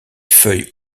feuilles